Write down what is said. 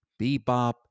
Bebop